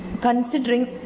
considering